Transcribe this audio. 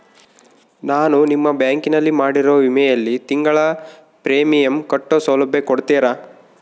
ನಾನು ನಿಮ್ಮ ಬ್ಯಾಂಕಿನಲ್ಲಿ ಮಾಡಿರೋ ವಿಮೆಯಲ್ಲಿ ತಿಂಗಳ ಪ್ರೇಮಿಯಂ ಕಟ್ಟೋ ಸೌಲಭ್ಯ ಕೊಡ್ತೇರಾ?